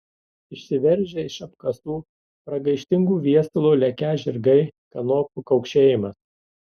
išsiveržę iš apkasų pragaištingu viesulu lekią žirgai kanopų kaukšėjimas